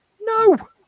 No